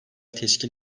teşkil